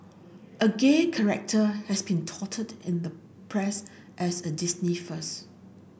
a gay character has been touted in the press as a Disney first